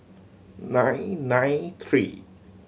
nine nine three